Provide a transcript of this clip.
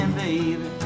baby